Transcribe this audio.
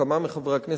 כמה מחברי הכנסת,